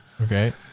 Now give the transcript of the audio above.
okay